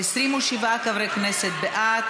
וחברי הכנסת יצחק הרצוג,